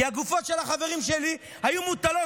כי הגופות של החברים שלי היו מוטלות